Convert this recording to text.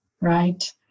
right